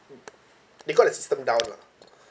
they got the system down lah